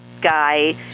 guy